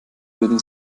würden